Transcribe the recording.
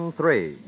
Three